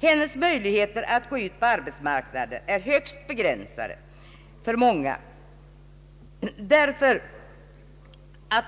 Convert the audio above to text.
Hennes möjligheter att gå ut på arbetsmarknaden är högst begränsade, eftersom